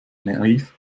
naiv